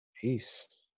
Peace